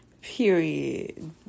period